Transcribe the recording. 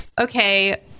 Okay